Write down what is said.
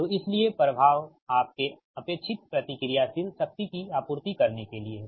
तो इसलिए प्रभाव आपके अपेक्षित प्रतिक्रियाशील शक्ति की आपूर्ति करने के लिए है